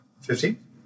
fifteen